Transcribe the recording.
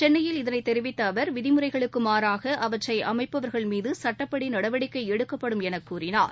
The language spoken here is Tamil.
சென்னையில் இதனை தெரிவித்த அவர் விதிமுறைகளுக்கு மாறாக அவற்றை அமைப்பவர்கள் மீது சட்டப்படி நடவடிக்கை எடுக்கப்படும் என தெரிவித்துள்ளார்